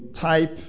type